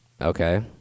okay